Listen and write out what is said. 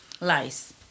lice